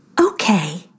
Okay